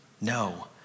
No